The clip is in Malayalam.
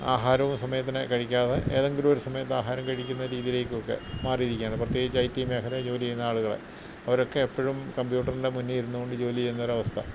ആഹാരവും സമയത്തിന് കഴിക്കാതെ ഏതെങ്കിലും ഒരു സമയത്ത് ആഹാരം കഴിക്കുന്ന രീതിയിലേക്കൊക്കെ മാറിയിരിക്കുകയാണ് പ്രത്യേകിച്ച് ഐ ടി മേഖലയിൽ ജോലി ചെയ്യുന്ന ആളുകൾ അവരൊക്കെ എപ്പോ ഴും കംമ്പ്യൂട്ടറിൻ്റെ മുന്നിൽ ഇരുന്ന് കൊണ്ട് ജോലി ചെയ്യുന്ന ഒരു അവസ്ഥ